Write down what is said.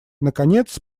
наконец